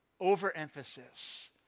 overemphasis